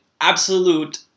absolute